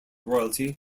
royalty